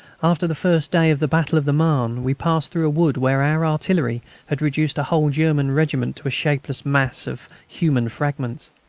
after the first day of the battle of the marne, we passed through a wood where our artillery had reduced a whole german regiment to a shapeless mass of human fragments.